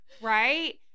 right